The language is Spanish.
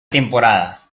temporada